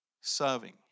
serving